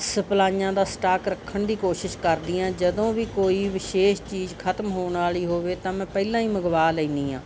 ਸਪਲਾਈਆਂ ਦਾ ਸਟਾਕ ਰੱਖਣ ਦੀ ਕੋਸ਼ਿਸ਼ ਕਰਦੀ ਹਾਂ ਜਦੋਂ ਵੀ ਕੋਈ ਵਿਸ਼ੇਸ਼ ਚੀਜ਼ ਖਤਮ ਹੋਣ ਵਾਲੀ ਹੋਵੇ ਤਾਂ ਮੈਂ ਪਹਿਲਾਂ ਹੀ ਮੰਗਵਾ ਲੈਂਦੀ ਹਾਂ